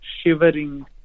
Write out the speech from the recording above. shivering